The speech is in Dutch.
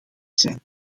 zijn